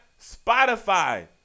Spotify